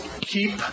keep